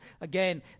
again